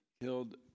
killed